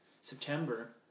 September